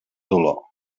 dolor